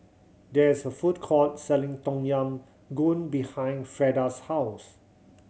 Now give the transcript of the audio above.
there is a food court selling Tom Yam Goong behind Freeda's house